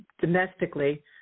domestically